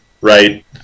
right